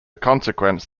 consequence